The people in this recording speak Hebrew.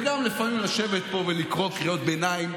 וגם לפעמים לשבת פה ולקרוא קריאות ביניים,